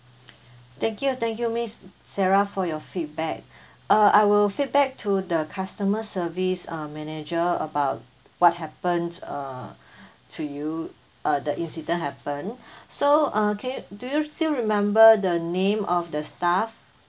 thank you thank you miss sarah for your feedback uh I will feedback to the customer service uh manager about what happened uh to you uh the incident happen so uh can you do you still remember the name of the staff